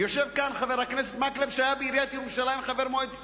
יושב כאן חבר הכנסת מקלב, שהיה חבר מועצת